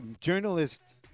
journalists